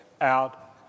out